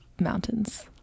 mountains